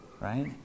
right